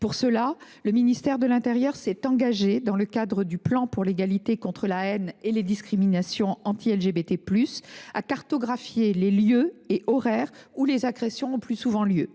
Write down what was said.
Pour cela, le ministère de l’intérieur s’est engagé, dans le cadre du plan national pour l’égalité, contre la haine et les discriminations anti LGBT+, à cartographier les lieux et horaires où les agressions sont le plus souvent